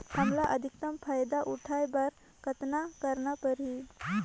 हमला अधिकतम फायदा उठाय बर कतना करना परही?